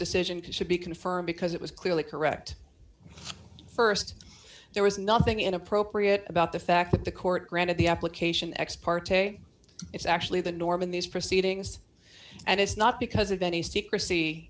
decision should be confirmed because it was clearly correct first there was nothing inappropriate about the fact that the court granted the application ex parte it's actually the norm in these proceedings and it's not because of